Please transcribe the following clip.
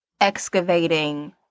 excavating